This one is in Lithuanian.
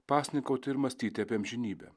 pasninkauti ir mąstyti apie amžinybę